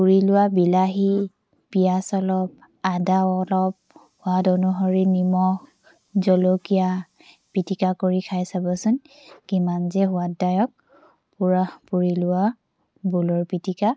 পুৰি লোৱা বিলাহী পিঁয়াজ অলপ আদা অলপ সোৱাদ অনুসৰি নিমখ জলকীয়া পিটিকা কৰি খাই চাবচোন কিমান যে সোৱাদদায়ক পোৰা পুৰি লোৱা বোলৰ পিটিকা